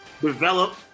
develop